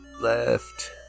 Left